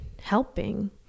helping